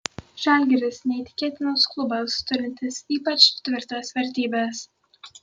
žalgiris neįtikėtinas klubas turintis ypač tvirtas vertybes